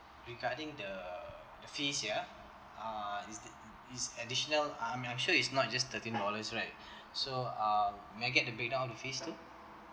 regarding the fees ya uh is the is additional uh I mean actually it's not just thirteen dollars right so uh the breakdown of the fees too